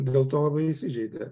dėl to labai įžeidė